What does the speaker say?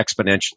exponentially